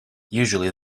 usually